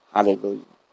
Hallelujah